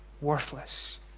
Worthless